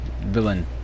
villain